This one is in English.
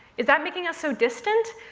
is that making us so distant?